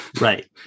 right